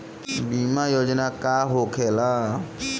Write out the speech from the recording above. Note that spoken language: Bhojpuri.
बीमा योजना का होखे ला?